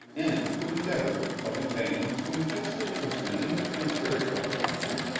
and who endeavoured, but in vain, to entice the englishmen into the interior of the country.